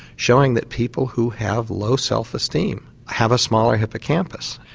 showing that people who have low self-esteem have a smaller hippocampus.